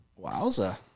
Wowza